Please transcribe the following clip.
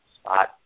spot